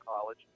college